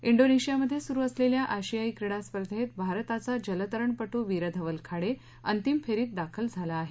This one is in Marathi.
इंडोनेशियामध्ये सुरू असलेल्या आशियाई क्रीडा स्पर्धेत भारताचा जलतरणपट् वीरधवल खाडे अंतिम फेरीत दाखल झाला आहे